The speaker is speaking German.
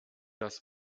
das